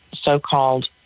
so-called